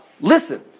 Listen